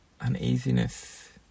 uneasiness